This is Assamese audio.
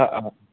অঁ অঁ